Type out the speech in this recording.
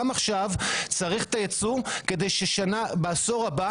גם עכשיו צריך יצוא כדי שבעשור הבא